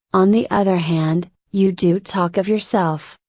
on the other hand, you do talk of yourself,